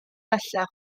bellach